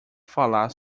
falar